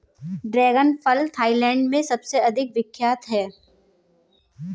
dragon फल Thailand में सबसे अधिक विख्यात है